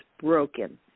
broken